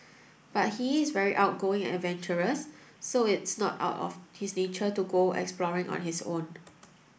but he's very outgoing and adventurous so it's not out of his nature to go exploring on his own